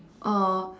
oh